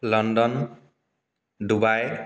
London Dubai